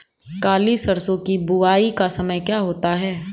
काली सरसो की बुवाई का समय क्या होता है?